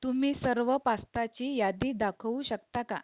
तुम्ही सर्व पास्ताची यादी दाखवू शकता का